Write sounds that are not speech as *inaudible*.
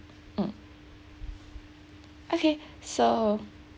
mm okay *breath* so